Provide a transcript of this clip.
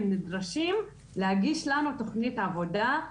הם נדרשים להגיש לנו תכנית עבודה,